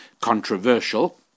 controversial